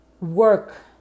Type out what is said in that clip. work